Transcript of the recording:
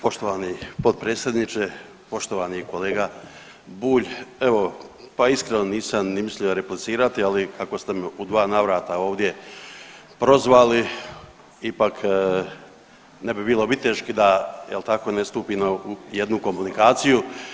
Poštovani potpredsjedniče, poštovani kolega Bulj, evo pa iskreno nisam ni mislio replicirati ali kako ste me u dva navrata ovdje prozvali ipak ne bi bilo viteški da jel tako da ne stupim u jednu komunikaciju.